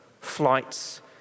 Flights